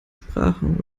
sprachen